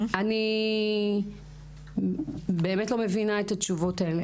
אני באמת לא מבינה את התשובות האלה.